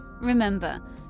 Remember